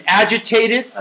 agitated